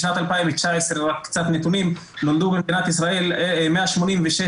בשנת 2019 נולדו במדינת ישראל 186,203